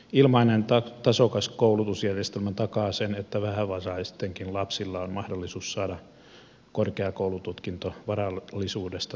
ilmainen tasokas koulutusjärjestelmä takaa sen että vähävaraistenkin lapsilla on mahdollisuus saada korkeakoulututkinto varallisuudesta riippumatta